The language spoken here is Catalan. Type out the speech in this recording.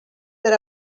per